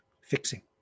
fixing